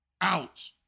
out